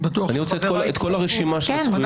אני בטוח שחבריי יצטרפו --- אני רוצה את כל הרשימה של הזכויות.